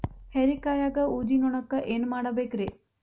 ಹೇರಿಕಾಯಾಗ ಊಜಿ ನೋಣಕ್ಕ ಏನ್ ಮಾಡಬೇಕ್ರೇ?